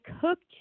cooked